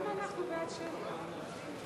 ההצעה להעביר את הצעת חוק התפזרות הכנסת השמונה-עשרה,